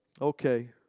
Okay